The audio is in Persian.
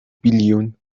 بیلیون